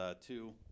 two –